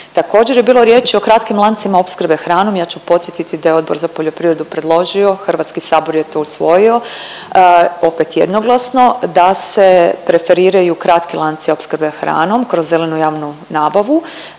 Također je bilo riječi o kratkim lancima opskrbe hranom. Ja ću podsjetiti da je Odbor za poljoprivredu predložio, HS je to usvojio opet jednoglasno da se preferiraju kratki lanci opskrbe hranom kroz zelenu javnu nabavu